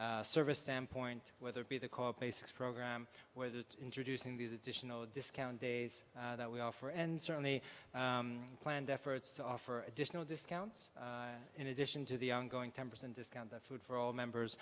a service standpoint whether it be the call basics program whether it's introducing these additional discount days that we offer and certainly planned efforts to offer additional discounts in addition to the ongoing ten percent discount food for all members